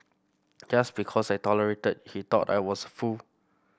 just because I tolerated he thought I was fool